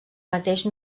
mateix